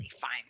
Fine